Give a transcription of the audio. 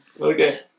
okay